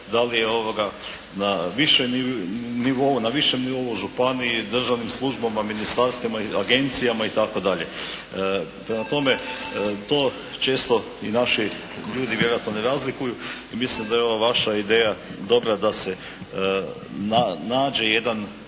nivou, na višem nivou u županiji, državnim službama, ministarstvima, agencijama i tako dalje. Prema tome to često i naši ljudi vjerojatno ne razlikuju i mislim da je ova vaša ideja dobra da se nađe jedan